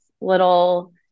little